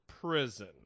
prison